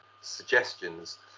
suggestions